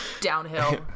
downhill